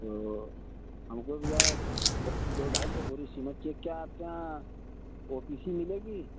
तो हमको भैया दो दो ढाई सौ बोरी सीमेंट चाहिए क्या आपके यहाँ ओ पी सी मिलेगी